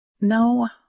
No